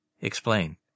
Explain